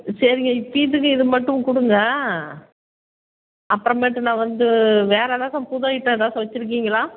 சரிங்க இது ஸ்வீட்டுக்கு இது மட்டும் கொடுங்க அப்புறமேட்டு நான் வந்து வேறு ஏதாச்சும் புது ஐட்டம் ஏதாச்சும் வச்சுருக்கிங்களா